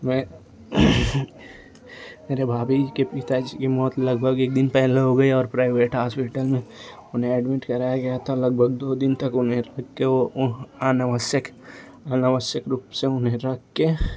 में मेरे भाभी के पिताजी की मौत लगभग एक दिन पहला हुए और प्राइभेट हसपीटल में उन्हे ऐड्मिट कराया गया था लगभग दो दिन तक उन्हे रख कर वो अनावश्यक अनावश्यक रूप से उन्हे रख कर